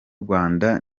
rwanda